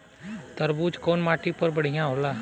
तरबूज कउन माटी पर बढ़ीया होला?